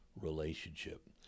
relationship